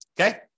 Okay